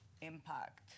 impact